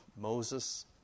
Moses